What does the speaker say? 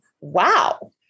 wow